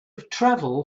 travel